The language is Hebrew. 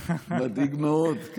מדאיג מאוד.